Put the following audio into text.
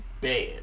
bad